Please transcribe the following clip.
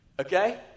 Okay